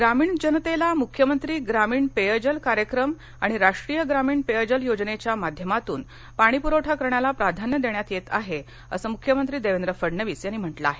ग्रामीण जनतेला मुख्यमंत्री ग्रामीण पेयजल कार्यक्रम आणि राष्ट्रीय ग्रामीण पेयजल योजनेच्या माध्यमातून पाणीपुरवठा करण्याला प्राधान्य देण्यात येत आहे अशी माहिती मुख्यमंत्री देवेंद्र फडणवीस यांनी दिली आहे